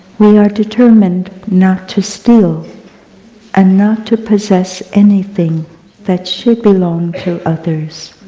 we are determined not to steal and not to possess anything that should belong to others.